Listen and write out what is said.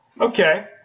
okay